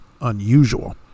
unusual